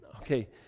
okay